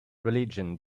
religion